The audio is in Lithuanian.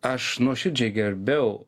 aš nuoširdžiai gerbiau